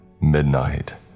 Midnight